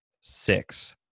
six